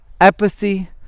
apathy